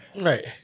Right